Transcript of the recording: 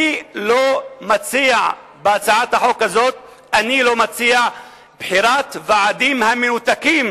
אני לא מציע בהצעת החוק הזאת בחירת ועדים המנותקים